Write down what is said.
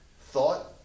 thought